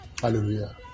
Hallelujah